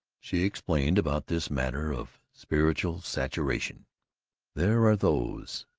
she explained about this matter of spiritual saturation there are those